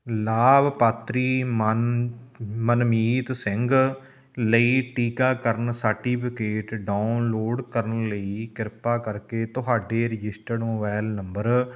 ਲਾਭਪਾਤਰੀ ਮਨ ਮਨਮੀਤ ਸਿੰਘ ਲਈ ਟੀਕਾਕਰਨ ਸਰਟੀਫ਼ਿਕੇਟ ਡਾਊਨਲੋਡ ਕਰਨ ਲਈ ਕਿਰਪਾ ਕਰਕੇ ਤੁਹਾਡੇ ਰਜਿਸਟਰਡ ਮੋਬਾਇਲ ਨੰਬਰ